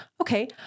Okay